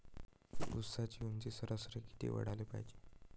ऊसाची ऊंची सरासरी किती वाढाले पायजे?